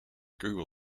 google